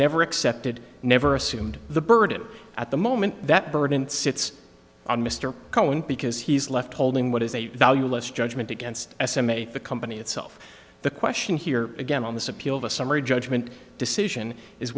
never accepted never assumed the burden at the moment that burden sits on mr cohen because he's left holding what is a valueless judgment against s m a the company itself the question here again on this appeal of a summary judgment decision is